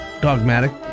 dogmatic